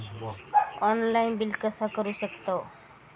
Online bill कसा करु शकतव?